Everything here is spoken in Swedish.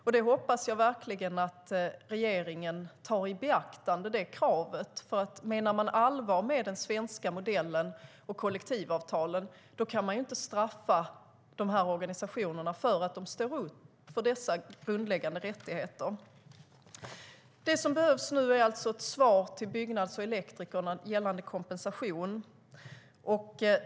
Jag hoppas verkligen att regeringen tar det kravet i beaktande, för menar man allvar med den svenska modellen och kollektivavtalen kan man inte straffa de här organisationerna för att de står upp för dessa grundläggande rättigheter. Det som behövs nu är alltså ett svar till Byggnads och Elektrikerna gällande kompensation.